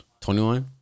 21